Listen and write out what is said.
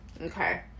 Okay